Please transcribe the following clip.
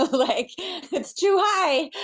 like it's too high.